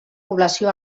població